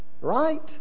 Right